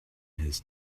his